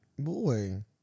Boy